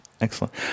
Excellent